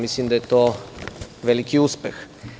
Mislim da je to veliki uspeh.